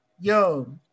yo